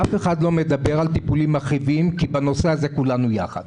אף אחד לא מדבר על טיפולים מכאיבים כי בנושא הזה כולנו יחד,